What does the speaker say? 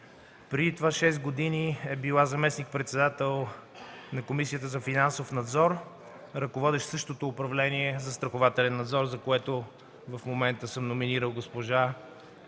Преди това, шест години, е била заместник-председател на Комисията за финансов надзор, ръководещ същото управление „Застрахователен надзор“, за което в момента съм номинирал госпожа